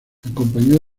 acompañó